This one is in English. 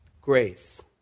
Grace